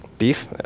beef